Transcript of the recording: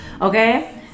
okay